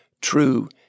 true